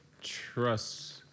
trust